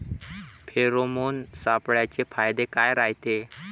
Pheromone सापळ्याचे फायदे काय रायते?